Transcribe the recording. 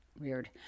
weird